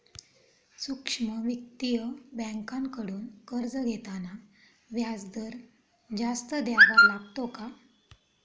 सूक्ष्म वित्तीय बँकांकडून कर्ज घेताना व्याजदर जास्त द्यावा लागतो का?